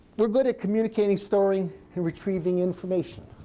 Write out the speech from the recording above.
we're good at communicating, storing, and retrieving information.